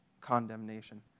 condemnation